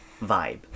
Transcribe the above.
vibe